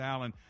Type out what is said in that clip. Alan